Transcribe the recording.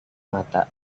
mata